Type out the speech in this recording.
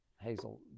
Hazel